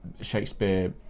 Shakespeare